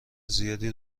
زیادی